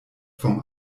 vom